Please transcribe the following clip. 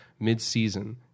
midseason